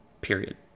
period